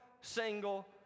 single